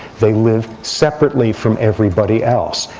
they live separately from everybody else.